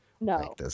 No